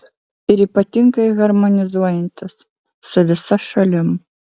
ir ypatingai harmonizuojantis su visa šalim